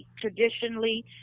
traditionally